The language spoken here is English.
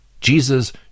Jesus